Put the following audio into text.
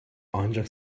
ancak